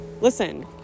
Listen